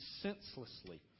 senselessly